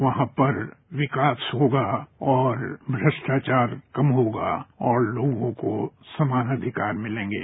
वहां पर विकास होगा और भ्रष्टाचार कम होगा और लोगों को समान अधिकार मिलेंगे